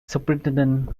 superintendent